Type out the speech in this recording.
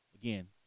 Again